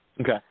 Okay